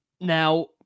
Now